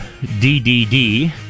DDD